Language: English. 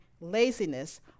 laziness